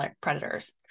predators